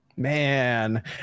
Man